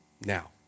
now